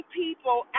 people